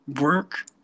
work